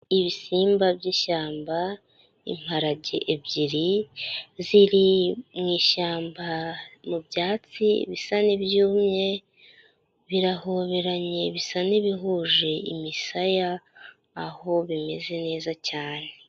Ibisimba by'ishyamba, imparage ebyiri, ziri mu ishyamba mu byatsi bisa n'ibyumye, birahoberanye bisa n'ibihuje imisaya, aho bimeze neza cyane.